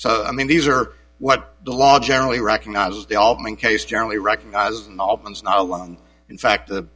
so i mean these are what the law generally recognizes the all case generally recognizes and albums not alone in fact the